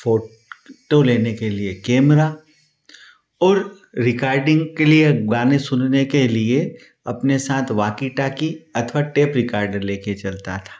photo लेने के लिए कैमरा रिकार्डिंग और गाने सुनने के लिए अपने साथ वाकी टाकी अथवा टेप रिकार्डर ले के चलता था